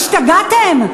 השתגעתם?